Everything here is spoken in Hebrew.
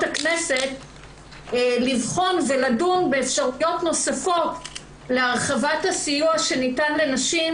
הכנסת לבחון ולדון באפשרויות נוספות להרחבת הסיוע שניתן לנשים